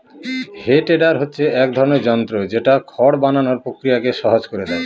হে tedder হচ্ছে এক ধরনের যন্ত্র যেটা খড় বানানোর প্রক্রিয়াকে সহজ করে দেয়